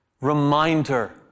reminder